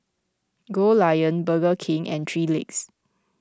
Goldlion Burger King and three Legs